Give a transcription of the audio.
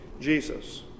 Jesus